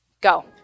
Go